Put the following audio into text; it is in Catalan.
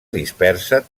dispersa